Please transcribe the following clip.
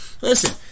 Listen